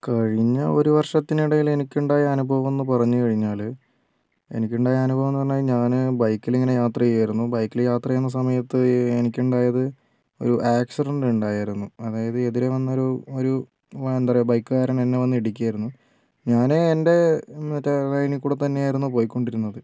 കഴിഞ്ഞ ഒരു വർഷത്തിനിടയിൽ എനിക്ക് ഉണ്ടായ അനുഭവം എന്നു പറഞ്ഞു കഴിഞ്ഞാൽ എനിക്കുണ്ടായ അനുഭവം എന്നു പറഞ്ഞാൽ ഞാൻ ബൈക്കിൽ ഇങ്ങനെ യാത്ര ചെയ്യുകയായിരുന്നു ബൈക്കിൽ യാത്ര ചെയ്യുന്ന സമയത്ത് എനിക്കുണ്ടായത് ഒരു ഏക്സിഡന്റ് ഉണ്ടായിരുന്നു അതായത് എതിരെ വന്നൊരു ഒരു എന്താ പറയുക ബൈക്കുകാരൻ എന്നെ വന്ന് ഇടിക്കുകയായിരുന്നു ഞാൻ എന്റെ മറ്റേ ലൈനിൽക്കൂടി തന്നെയായിരുന്നു പോയിക്കൊണ്ടിരുന്നത്